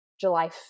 July